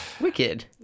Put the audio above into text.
Wicked